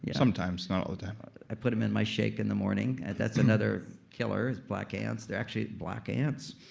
yeah sometimes. not all the time i put them in my shake in the morning. that's another killer. black ants. they're actually black ants.